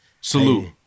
Salute